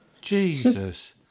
Jesus